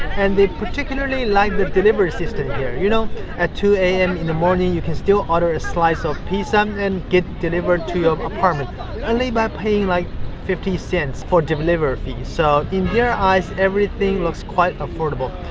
and they particularly like the delivery system here. you know at two am in the morning, you can still order a slice of pizza and get delivered to your apartment only by paying like fifty cents for delivery fee. so in their eyes, everything looks quite affordable.